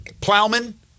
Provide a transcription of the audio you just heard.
plowman